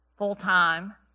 full-time